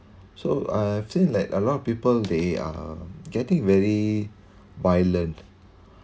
so I've seen like a lot of people they are getting very violent